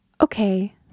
Okay